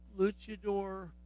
Luchador